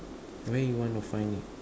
where you want to find it